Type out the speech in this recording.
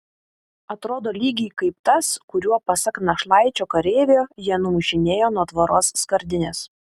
atrodo lygiai kaip tas kuriuo pasak našlaičio kareivio jie numušinėjo nuo tvoros skardines